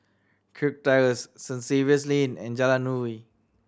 Kirk Terrace Saint Xavier's Lane and Jalan Nuri